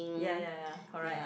ya ya ya correct